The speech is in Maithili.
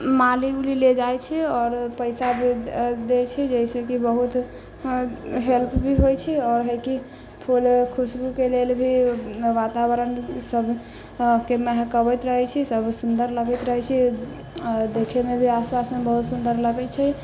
माली उली ले जाइ छै आओर पैसा भी दै छै जैसेकि बहुत हेल्प हेल्प भी होइ छै आओर है की फूल खूशबू के लेल भी वातावरण ईसब के महकबैत रहै छै सब सुन्दर लगैत रहै छै आओर देखे मे भी आसपास मे बहुत सुन्दर लगै छै